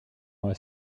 moi